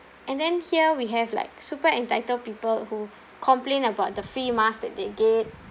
and then here we have like super entitled people who complain about the free mask that they get